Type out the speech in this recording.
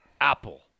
Apple